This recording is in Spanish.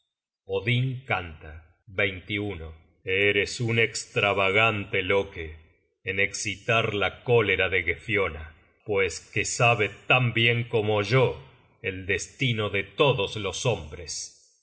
tus brazos odm canta eres un estravagante loke en escitar la cólera de gefiona pues que sabe tan bien como yo el destino de todos los hombres